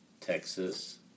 Texas